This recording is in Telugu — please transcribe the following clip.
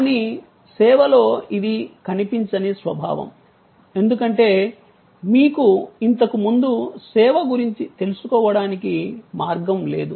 కానీ సేవలో ఇది కనిపించని స్వభావం ఎందుకంటే మీకు ఇంతకు ముందు సేవ గురించి తెలుసుకోవడానికి మార్గం లేదు